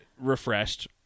refreshed